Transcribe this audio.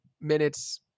minutes